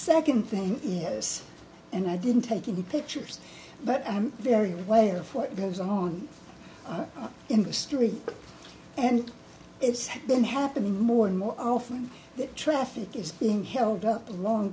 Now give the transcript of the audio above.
second thing yes and i didn't take any pictures but i'm very aware of what goes on in the street and it's been happening more and more often that traffic is being held up long